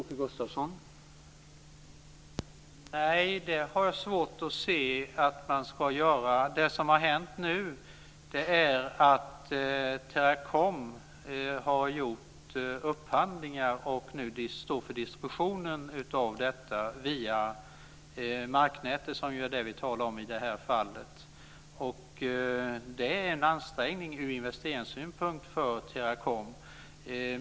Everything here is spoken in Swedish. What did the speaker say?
Herr talman! Det har jag svårt att se att man ska göra. Det som nu har hänt är att Teracom har gjort upphandlingar och nu står för distributionen via marknätet, som ju är det vi talar om i det här fallet. Det är en ansträngning ur investeringssynpunkt för Teracom.